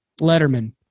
Letterman